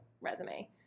resume